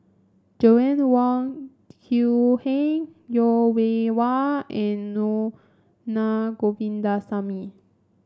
Joanna Wong Quee Heng Yeo Wei Wei and nor Na Govindasamy